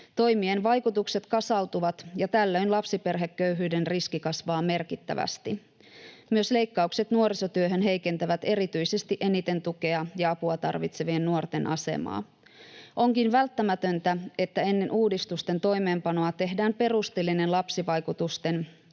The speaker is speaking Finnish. Toimien vaikutukset kasautuvat, ja tällöin lapsiperheköyhyyden riski kasvaa merkittävästi. Myös leikkaukset nuorisotyöhön heikentävät erityisesti eniten tukea ja apua tarvitsevien nuorten asemaa. Onkin välttämätöntä, että ennen uudistusten toimeenpanoa tehdään perusteellinen lapsivaikutusten